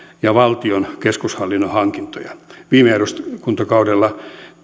ja valtion keskushallinnon hankinnoissa viime eduskuntakaudella